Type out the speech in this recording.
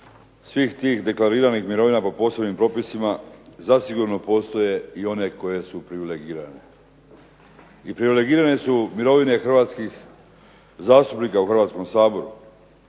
svih tih deklariranih mirovina po posebnim propisima zasigurno postoje i one koje su privilegirane. I privilegirane su mirovine zastupnika u Hrvatskom saboru.